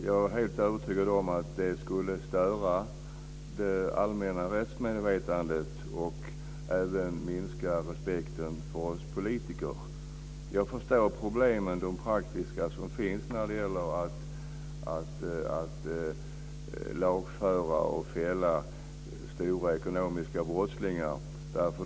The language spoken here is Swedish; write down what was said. Jag är helt övertygad om att det skulle störa det allmänna rättsmedvetandet och även minska respekten för oss politiker. Jag förstår de praktiska problem som finns när det gäller att lagföra och fälla stora ekonomiska brottslingar.